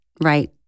right